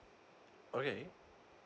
okay